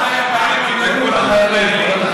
קולות הימאים, החיילים.